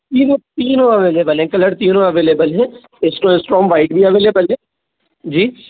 तीनों तीनों अवेलेबल हैं कलर तीनों अवेलेबल हैं इसमें स्ट्रांग वाइट भी अवेलेबल है जी